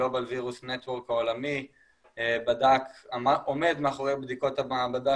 global virus network העולמי עומד מאחורי בדיקות המעבדה